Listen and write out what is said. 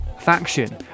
faction